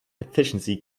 efficiency